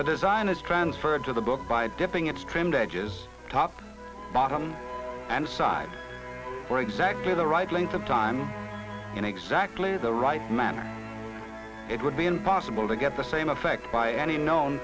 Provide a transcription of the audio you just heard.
the design is transferred to the book by dipping its trimmed edges top bottom and side for exactly the right length of time in exactly the right manner it would be impossible to get the same effect by any known